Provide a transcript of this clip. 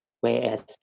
Whereas